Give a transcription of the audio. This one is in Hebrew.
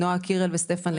עם נועה קירל וסטפן לגר.